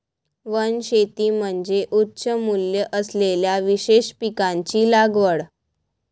वनशेती म्हणजे उच्च मूल्य असलेल्या विशेष पिकांची लागवड